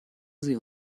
sie